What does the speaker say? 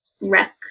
wreck